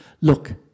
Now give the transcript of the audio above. look